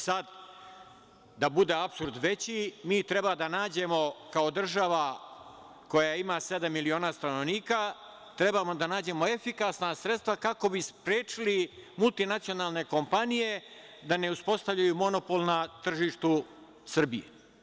Sad, da bude apsurd veći, mi treba da nađemo, kao država koja ima sedam miliona stanovnika, da nađemo efikasna sredstva kako bi sprečili multinacionalne kompanije da ne uspostavljaju monopol na tržištu Srbije.